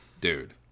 dude